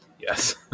Yes